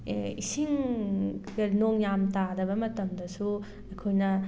ꯏꯁꯤꯡ ꯅꯣꯡ ꯌꯥꯝ ꯇꯥꯗꯕ ꯃꯇꯝꯗꯁꯨ ꯑꯩꯈꯣꯏꯅ